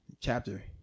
chapter